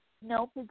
no